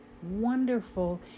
wonderful